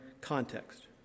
context